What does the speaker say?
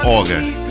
August